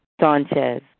Sanchez